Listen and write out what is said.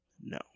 No